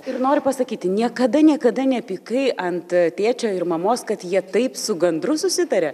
ir nori pasakyti niekada niekada nepykai ant tėčio ir mamos kad jie taip su gandru susitarė